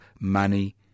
money